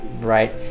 right